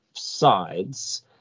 sides